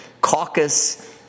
caucus